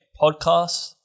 podcasts